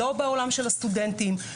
לא בעולם של הסטודנטים,